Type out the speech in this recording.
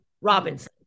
Robinson